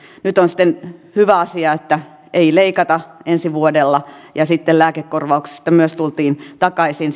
nyt on sitten hyvä asia että ei leikata ensi vuonna ja sitten lääkekorvauksissa myös tultiin takaisin